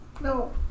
No